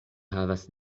havas